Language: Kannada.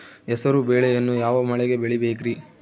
ಹೆಸರುಬೇಳೆಯನ್ನು ಯಾವ ಮಳೆಗೆ ಬೆಳಿಬೇಕ್ರಿ?